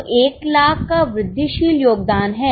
तो 1 00000 का वृद्धिशील योगदान है